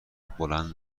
بلند